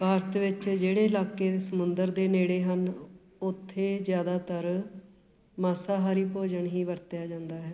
ਭਾਰਤ ਵਿੱਚ ਜਿਹੜੇ ਇਲਾਕੇ ਸਮੁੰਦਰ ਦੇ ਨੇੜੇ ਹਨ ਉੱਥੇ ਜ਼ਿਆਦਾਤਰ ਮਾਸਾਹਾਰੀ ਭੋਜਨ ਹੀ ਵਰਤਿਆ ਜਾਂਦਾ ਹੈ